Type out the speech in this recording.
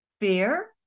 fear